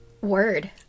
Word